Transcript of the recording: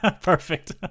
perfect